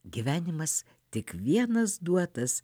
gyvenimas tik vienas duotas